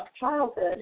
childhood